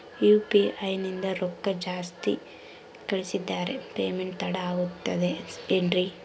UPI ನಿಂದ ರೊಕ್ಕ ಜಾಸ್ತಿ ಕಳಿಸಿದರೆ ಪೇಮೆಂಟ್ ತಡ ಆಗುತ್ತದೆ ಎನ್ರಿ?